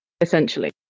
essentially